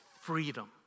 freedom